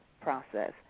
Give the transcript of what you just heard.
process